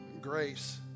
grace